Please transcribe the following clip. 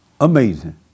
Amazing